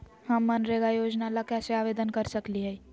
हम मनरेगा योजना ला कैसे आवेदन कर सकली हई?